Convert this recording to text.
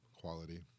quality